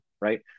right